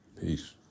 peace